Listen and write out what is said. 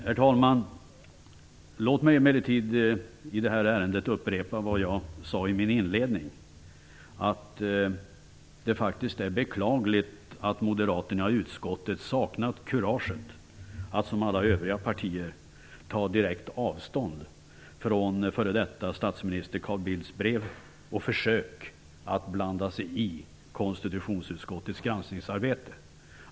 Herr talman, låt mig emellertid i det här ärendet upprepa vad jag sade i min inledning, nämligen att det faktiskt är beklagligt att Moderaterna i konstitutionsutskottet saknat kuraget att som alla andra partier ta avstånd från f.d. statsminister Carl Bildts brev och hans försök att blanda sig i konstitutionsutskottets granskningsarbete.